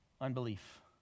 Unbelief